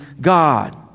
God